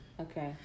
Okay